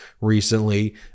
recently